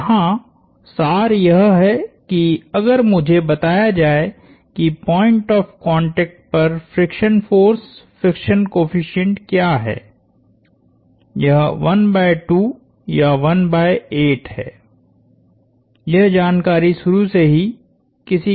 तो यहाँ सार यह है कि अगर मुझे बताया जाए कि पॉइंट ऑफ़ कांटेक्ट पर फ्रिक्शन फोर्स फ्रिक्शन कोएफ़िशिएंट क्या है यह 12 या 18 है यह जानकारी शुरू से ही किसी काम की नहीं है